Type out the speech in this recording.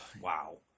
Wow